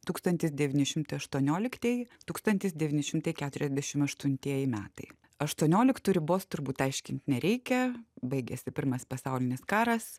tūkstantis devyni šimtai aštuonioliktieji tūkstantis devyni šimtai keturiasdešim aštuntieji metai aštuonioliktų ribos turbūt aiškint nereikia baigėsi pirmas pasaulinis karas